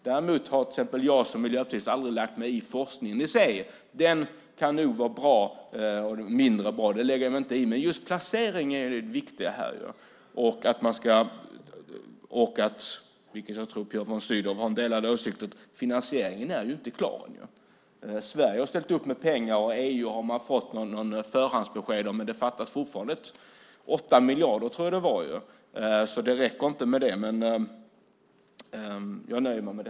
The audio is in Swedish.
Däremot har jag som miljöpartist aldrig lagt mig i forskningen i sig. Den kan nog vara både bra och mindre bra; det lägger jag mig alltså inte i. Men just placeringen är det viktiga här. Dessutom, och där tror jag att Björn von Sydow delar min åsikt, är finansieringen ännu inte klar. Sverige har ställt upp med pengar, och beträffande EU har man fått förhandsbesked. Men det fattas fortfarande 8 miljarder, tror jag, så det räcker inte.